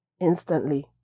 instantly